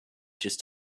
just